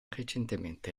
recentemente